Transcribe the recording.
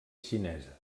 xinesa